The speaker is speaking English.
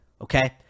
Okay